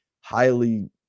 highly